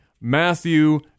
Matthew